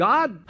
God